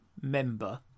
member